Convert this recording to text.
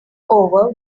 over